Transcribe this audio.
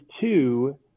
two